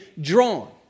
drawn